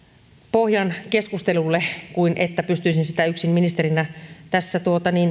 pohjan keskustelulle kuin että pystyisin sitä yksin ministerinä tässä